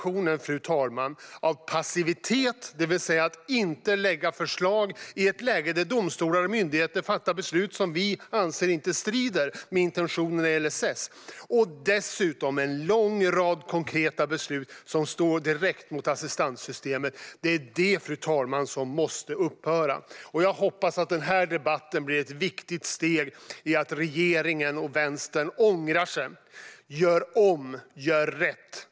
Denna kombination av passivitet - det vill säga att inte lägga fram förslag i ett läge då domstolar och myndigheter fattar beslut som vi anser strider mot intentionerna i LSS - och en lång rad konkreta beslut som slår direkt mot assistanssystemet måste upphöra. Jag hoppas att denna debatt blir ett viktigt steg i att regeringen och Vänstern ångrar sig, gör om och rätt.